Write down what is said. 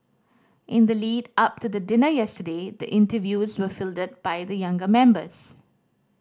in the lead up to the dinner yesterday the interviews were fielded by the younger members